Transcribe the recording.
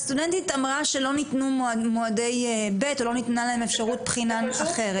הסטודנטית אמרה שלא ניתנו מועדי ב' או לא ניתנה להם אפשרות בחינה אחרת.